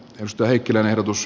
risto heikkilän ehdotus